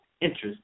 interest